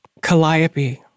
calliope